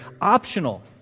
optional